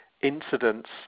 incidents